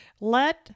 Let